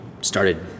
started